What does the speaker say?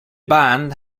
band